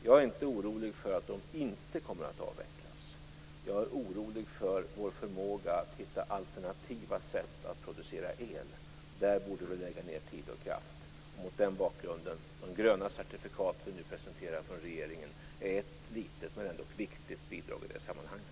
Jag är inte orolig för att de inte kommer att avvecklas. Jag är orolig för vår förmåga att hitta alternativa sätt att producera el. Där borde vi lägga ned tid och kraft. Mot den bakgrunden är de gröna certifikat regeringen nu presenterar ett litet men ändå viktigt bidrag i sammanhanget.